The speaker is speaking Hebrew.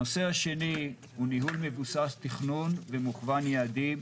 הנושא השני הוא ניהול מבוסס תכנון ומוכוון יעדים.